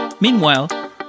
meanwhile